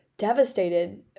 devastated